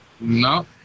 No